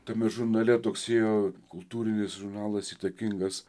tame žurnale toks ėjo kultūrinis žurnalas įtakingas